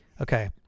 Okay